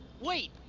Wait